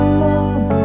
love